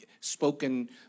spoken